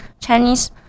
Chinese